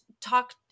talk